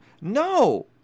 No